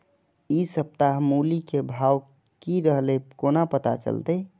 इ सप्ताह मूली के भाव की रहले कोना पता चलते?